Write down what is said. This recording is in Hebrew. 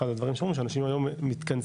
אחד הדברים שאנשים היום מתכנסים,